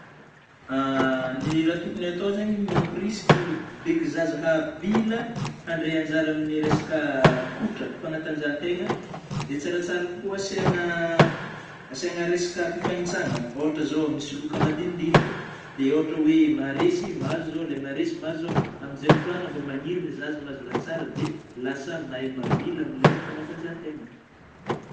ny raha tôkony atao zegny; mampirisiky beky zaza havy ila handray anjara amin'ny resaka kotrana ,fanantanjahategna, dia tsaratsara kokoa asiana, asiagna ah resaka fifanitsagna; ôhatra zao misy loka madinidinika; dia ôhatra oe maharesy mahazo zao, ilay maharesy mahazo zao, amin'izay fotoagna mbô magniry ny zaza mahazo raha tsara; dia lasa mahay mavila amin'ilay fanatanjahan-tena.